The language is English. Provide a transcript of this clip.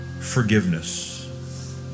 forgiveness